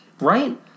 Right